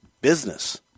business